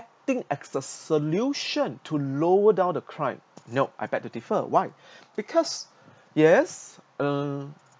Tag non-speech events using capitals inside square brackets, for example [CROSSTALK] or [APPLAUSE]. acting as a solution to lower down the crime no I begged to differ why [BREATH] because yes um